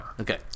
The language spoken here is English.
okay